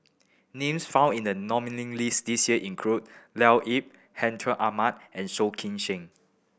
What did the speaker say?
names found in the nominee list this year include Leo Yip Hartinah Ahmad and Soh Kay Siang